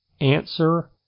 answer